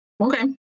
Okay